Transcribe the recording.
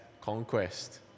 conquest